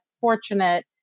fortunate